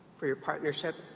for your partnership,